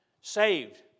Saved